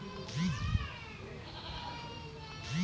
pineapple গাছের বীজ unorganized ভাবে লাগালে ফলন কম হয়